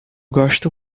gosto